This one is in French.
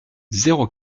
zéro